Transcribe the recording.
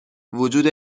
وجود